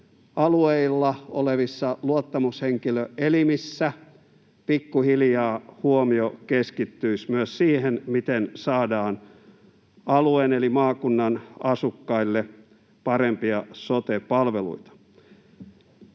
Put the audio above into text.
olevissa luottamushenkilöelimissä pikkuhiljaa huomio keskittyisi myös siihen, miten saadaan alu-een eli maakunnan asukkaille parempia sote-palveluita.